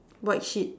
white sheep